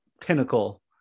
pinnacle